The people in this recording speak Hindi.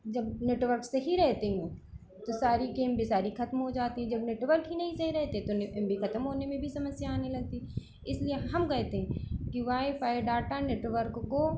जब नेटवर्क सही रहते हैं तो सारी की एम बी सारी खत्म हो जाती है जब नेटवर्क ही नहीं सही रहते तो एम बी खत्म होने में भी समस्या आने लगती है इसलिए हम कहते हैं कि वाईफ़ाई डाटा नेटवर्क को